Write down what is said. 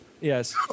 Yes